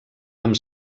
amb